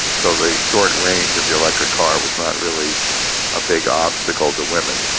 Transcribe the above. so the short range of the electric car was not really a big obstacle to women.